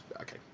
okay